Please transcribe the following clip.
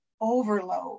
overload